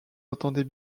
entendez